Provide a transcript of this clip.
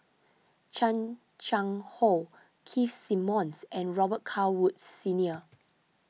Chan Chang How Keith Simmons and Robet Carr Woods Senior